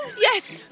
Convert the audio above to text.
Yes